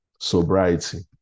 Sobriety